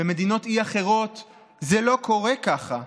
במדינות אי אחרות זה לא קורה ככה,